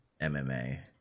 MMA